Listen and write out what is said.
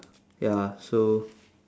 ya so